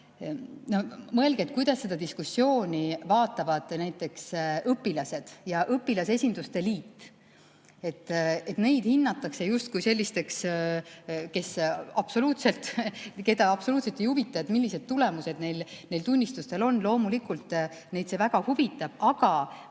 Mõelge, kuidas seda diskussiooni vaatavad näiteks õpilased ja õpilasesinduste liit, et neid hinnatakse justkui sellisteks, keda absoluutselt ei huvita, millised tulemused neil tunnistustel on. Loomulikult neid see väga huvitab, aga